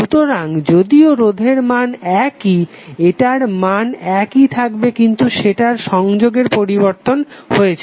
সুতরাং যদিও রোধের মান একই এটার মান একই থাকবে কিন্তু সেটার সংযোগের পরিবর্তন হয়েছে